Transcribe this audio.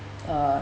uh